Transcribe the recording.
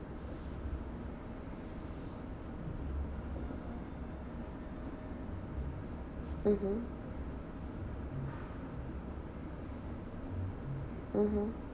mmhmm mmhmm